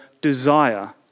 desire